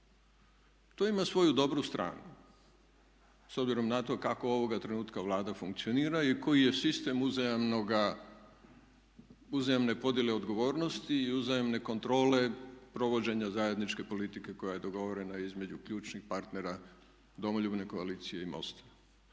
To ima svoju dobru stranu s obzirom na to kako ovoga trenutka Vlada funkcionira i koji je sistem uzajamne podjele odgovornosti i uzajamne kontrole provođenja zajedničke politike koja je dogovorena između ključnih partnera Domoljubne koalicije i MOST-a.